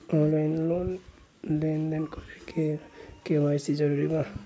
Online लेन देन करे ला के.वाइ.सी जरूरी बा का?